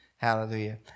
Hallelujah